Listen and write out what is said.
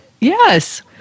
Yes